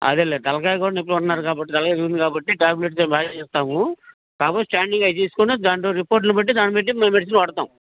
అదేలే తలకాయ కూడా నొప్పులు అంటున్నారు కాబట్టి తల తిరుగుతోంది కాబట్టి టాబ్లెట్స్ బాగా ఇస్తాము కాకపోతే స్కానింగ్ అవి తీసుకుని దాని రిపోర్ట్ని బట్టి దాన్నిబట్టి మెడిసిన్ వాడతాం